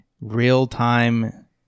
real-time